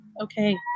Okay